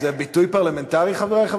זה ביטוי פרלמנטרי, חברי חברי הכנסת?